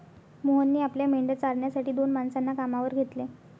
मोहनने आपल्या मेंढ्या चारण्यासाठी दोन माणसांना कामावर घेतले